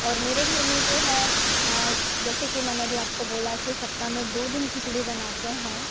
और मेरे घर में जो है जैसे कि मैंने अभी आपको बोला की सप्ताह में दो दिन खिचड़ी बनाते हैं